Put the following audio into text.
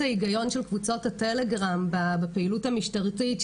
ההיגיון של קבוצות הטלגרם בפעילות המשטרתית,